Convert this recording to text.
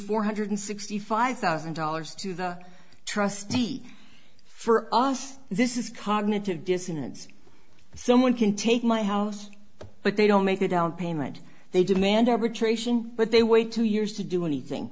four hundred sixty five thousand dollars to the trustee for us this is cognitive dissonance someone can take my house but they don't make a down payment they demand arbitration but they wait two years to do anything